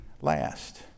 last